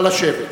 (חברי הכנסת מכבדים בקימה את זכרו של המנוח.) נא לשבת.